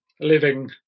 living